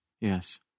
Yes